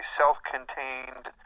self-contained